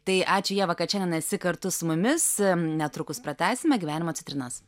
tai ačiū ieva kad šiandien esi kartu su mumis netrukus pratęsime gyvenimą citrinas